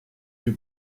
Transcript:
you